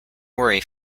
worry